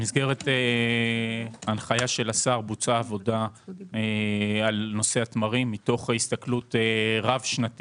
במסגרת הנחיה של השר בוצעה עבודה על התמרים מתוך הסתכלות רב-שנתית